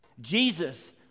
Jesus